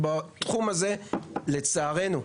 ובתחום הזה, לצערנו,